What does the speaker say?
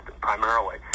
primarily